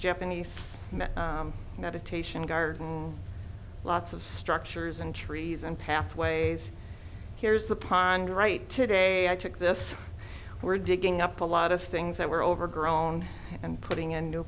stephanie's meditation garden lots of structures and trees and pathways here's the pond right today i took this we're digging up a lot of things that were overgrown and putting in